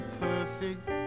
perfect